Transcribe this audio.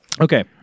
okay